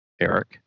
Eric